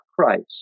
Christ